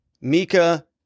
mika